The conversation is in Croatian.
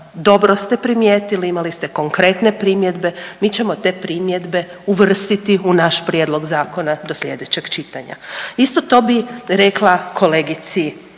dobro ste primijetili, imali ste konkretne primjedbe. Mi ćemo te primjedbe uvrstiti u naš prijedlog zakona do sljedećeg čitanja. Isto to bih rekla kolegici